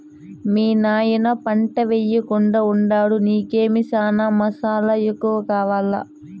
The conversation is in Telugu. మీ నాయన పంటయ్యెకుండాడు నీకేమో చనా మసాలా ఎక్కువ కావాలా